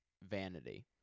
Vanity